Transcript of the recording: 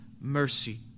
mercy